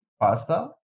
pasta